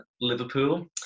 Liverpool